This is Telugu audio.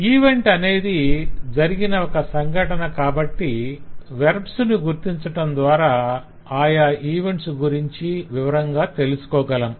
ఈవెంట్ అనేది జరిగిన ఒక సంఘటన కాబట్టి వెర్బ్స్ ను గుర్తించటం ద్వారా ఆయా ఈవెంట్స్ గురించి వివరంగా తెలుసుకోగలం